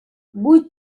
vull